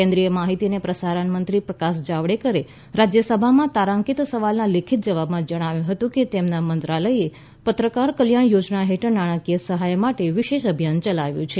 કેન્દ્રીય માહિતી અને પ્રસારણ મંત્રી પ્રકાશ જાવડેકરે રાજ્યસભામાં તારાંકિત સવાલના લેખિત જવાબમાં જણાવ્યું હતું કે તેમના મંત્રાલયે પત્રકાર કલ્યાણ યોજના હેઠળ નાણાકીય સહાય માટે વિશેષ અભિયાન યલાવ્યું છે